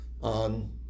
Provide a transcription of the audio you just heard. on